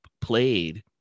played